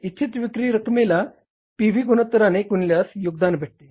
इच्छित विक्री रक्कमेला पी व्ही गुणोत्तराने गुणल्यास योगदान भेटते